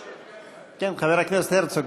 כן, חבר הכנסת הרצוג.